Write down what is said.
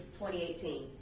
2018